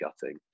gutting